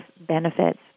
benefits